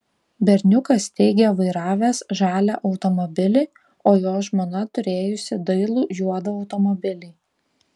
berniukas teigė vairavęs žalią automobilį o jo žmona turėjusi dailų juodą automobilį